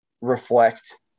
reflect